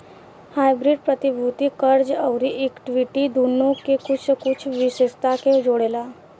hybrid प्रतिभूति, कर्ज अउरी इक्विटी दुनो के कुछ कुछ विशेषता के जोड़ेला